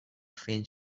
faint